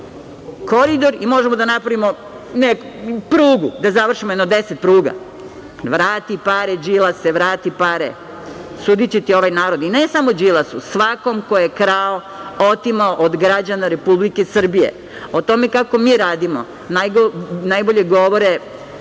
koridor i možemo da napravimo prugu, da završimo jedno 10 pruga. Vrati pare Đilase, vrati pare. Sudiće ti ovaj narod. Ne samo Đilasu, svakom ko je krao, otimao od građana Republike Srbije.O tome kako mi radimo najbolje govore